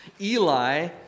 Eli